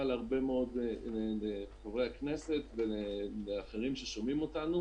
להרבה מאוד חברי כנסת ואחרים ששומעים אותנו